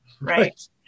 right